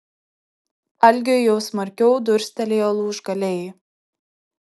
algiui jau smarkiau durstelėjo lūžgaliai